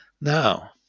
Now